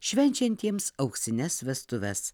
švenčiantiems auksines vestuves